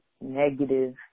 negative